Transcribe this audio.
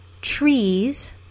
trees